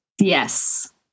yes